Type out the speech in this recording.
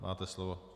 Máte slovo.